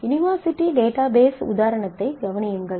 university database உதாரணத்தைக் கவனியுங்கள்